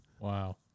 Wow